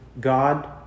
God